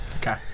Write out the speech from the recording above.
Okay